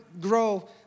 grow